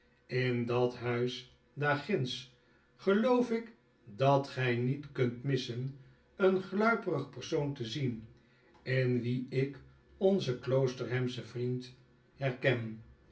in dat huis daar ginds geloor ik dat gjj niet kunt missen een gluipeng persoon te zien in wien ik onzen kloosterhamsehen friend herken